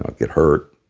ah get hurt.